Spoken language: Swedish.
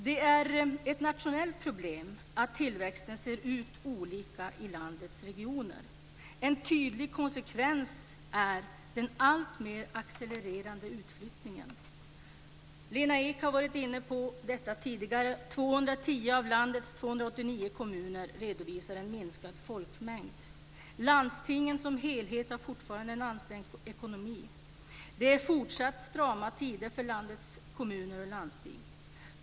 Det är ett nationellt problem att tillväxten ser olika ut i landets regioner. En tydlig konsekvens är den alltmer accelererande utflyttningen. Lena Ek har varit inne på detta tidigare. 210 av landets 289 kommuner redovisar en minskad folkmängd. Landstingen som helhet har fortfarande en ansträngd ekonomi. Det är fortsatt strama tider för landets kommuner och landsting.